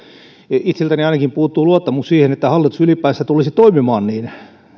itseltäni ainakin puuttuu luottamus siihen että hallitus ylipäänsä tulisi toimimaan niin